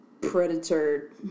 predator